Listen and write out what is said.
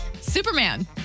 Superman